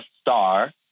star